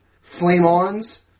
flame-ons